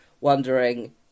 wondering